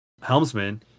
helmsman